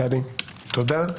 טלי, תודה.